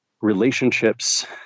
relationships